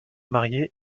mariée